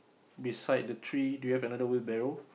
beside the tree do you have another wheelbarrow